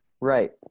Right